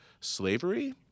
slavery